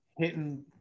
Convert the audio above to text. hitting